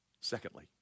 Secondly